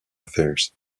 affairs